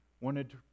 wanted